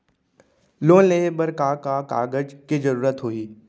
Loan लेहे बर का का कागज के जरूरत होही?